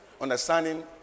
Understanding